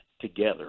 together